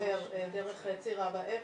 שמתחבר דרך ציר אבא אבן,